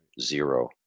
Zero